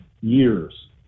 years